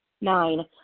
Nine